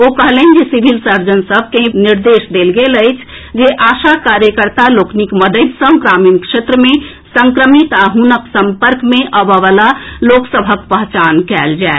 ओ कहलनि जे civil surgeon सभ के निर्देश देल गेल अछि जे आशा कार्यकर्ता लोकनिक मददि सँ ग्रामीण क्षेत्र मे संक्रमित आ हुनक सम्पर्क मे अबय वला लोक सभक पहचान कएल जाए